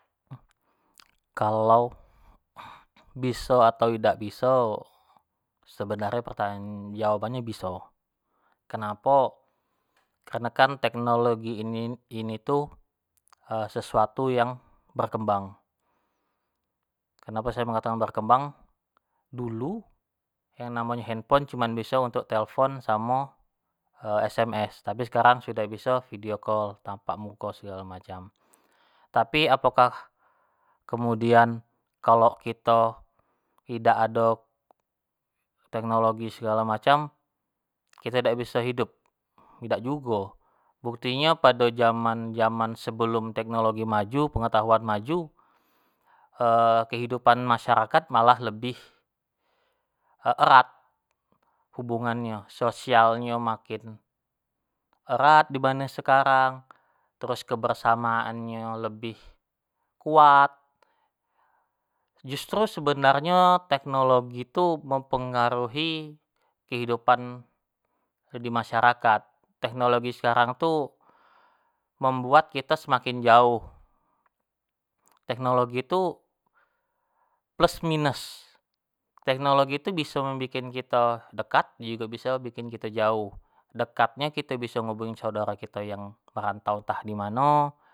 kalau biso atau idak biso sebenarnyo pertanyaan jawabannyo biso, kenapo, karenokan teknologi ini-ini tu sesuatu yang berkembang, kenapo sayo katokan berekembang. dulu yang namonyo handphone cuma biso untuk telpon samo sms, tapi sekarang sudah bisa video call tampak muko, segalo macam. Tapi apokah kemudian kalo kito idak ado teknologo segalo macam, kito dak biso hidup, idak jugo bukti nyo pado jaman-jaman sebelum teknologi maju, pengetahauan maju kehidupan masyarakat malah lebih, erat hubunganyo, social nyo makin, erat dibanding sekarang, terus kebersamaan nyo lebih kuat, justru sebenarnyo teknologi tu mempengaruhi kehidupan di masyarakat, teknologi sekarang tu membuat kito semakin jauh, teknologi tu plus minus, teknologi tu biso bikin kito dekat, jugo bisa bikin kito jauh, dekat nyo kito biso menghubungi saudaro kito yang merantau entah dimano.